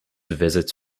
visits